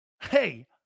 Hey